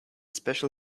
special